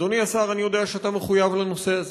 אדוני השר, אני יודע שאתה מחויב לנושא הזה,